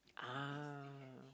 ah